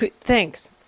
Thanks